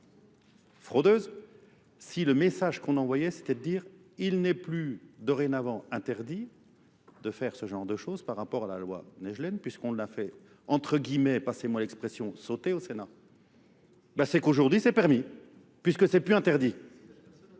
fraudeuses si le message qu'on envoyait c'était de dire, il n'est plus dorénavant interdit de faire ce genre de choses par rapport à la loi Négelène, puisqu'on l'a fait, entre guillemets, passez-moi l'expression, sauter au Sénat. Bah c'est qu'aujourd'hui c'est permis, puisque c'est plus interdit.